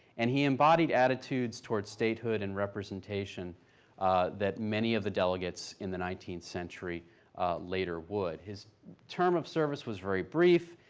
and he embodied and towards towards statehood and representation that many of the delegates in the nineteenth century later would. his term of service was very brief,